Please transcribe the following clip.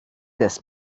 this